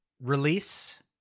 release